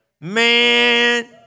Man